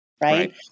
right